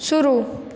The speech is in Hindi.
शुरू